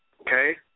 okay